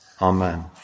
Amen